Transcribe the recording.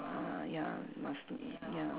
ah ya must m~ ya